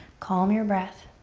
calm your breath.